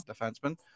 defenseman